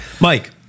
Mike